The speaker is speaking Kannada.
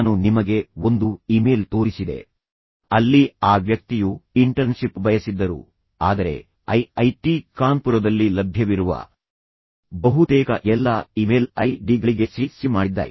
ನಾನು ನಿಮಗೆ ಒಂದು ಇಮೇಲ್ ತೋರಿಸಿದೆ ಅಲ್ಲಿ ಆ ವ್ಯಕ್ತಿಯು ಇಂಟರ್ನ್ಶಿಪ್ ಬಯಸಿದ್ದರು ಆದರೆ ಐ ಐ ಟಿ ಕಾನ್ಪುರದಲ್ಲಿ ಲಭ್ಯವಿರುವ ಬಹುತೇಕ ಎಲ್ಲಾ ಇಮೇಲ್ ಐ ಡಿ ಗಳಿಗೆ ಸಿ ಸಿ ಮಾಡಿದ್ದಾರೆ